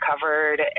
covered